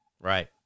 Right